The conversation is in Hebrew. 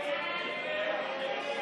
הצבעה.